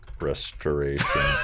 restoration